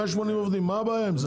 מה הבעיה עם זה?